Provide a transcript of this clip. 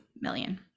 million